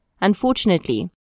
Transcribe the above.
Unfortunately